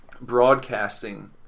broadcasting